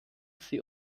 sie